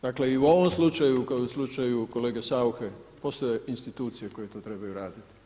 Dakle i u ovom slučaju kao i u slučaju kolege Sauche postoje institucije koje to trebaju raditi.